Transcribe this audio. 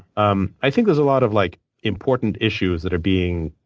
um i think there's a lot of like important issues that are being